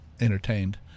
entertained